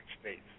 States